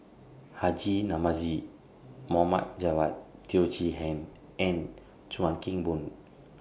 Haji Namazie Mohd Javad Teo Chee Hean and Chuan Keng Boon